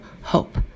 hope